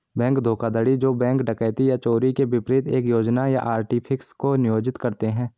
bank धोखाधड़ी जो bank डकैती या चोरी के विपरीत एक योजना या आर्टिफिस को नियोजित करते हैं